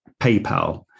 PayPal